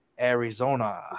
Arizona